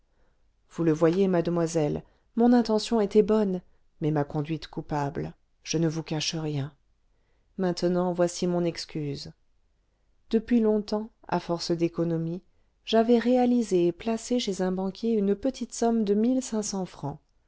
vous le voyez mademoiselle mon intention était bonne mais ma conduite coupable je ne vous cache rien maintenant voici mon excuse depuis longtemps à force d'économies j'avais réalisé et placé chez un banquier une petite somme de mille cinq cents francs